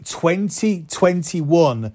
2021